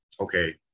okay